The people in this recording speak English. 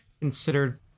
considered